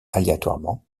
aléatoirement